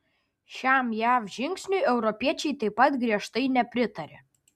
šiam jav žingsniui europiečiai taip pat griežtai nepritarė